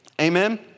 Amen